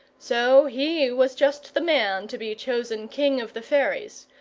so he was just the man to be chosen king of the fairies,